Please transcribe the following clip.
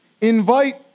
invite